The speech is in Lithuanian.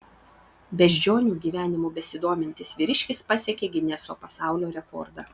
beždžionių gyvenimu besidomintis vyriškis pasiekė gineso pasaulio rekordą